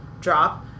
drop